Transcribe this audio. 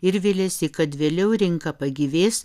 ir viliasi kad vėliau rinka pagyvės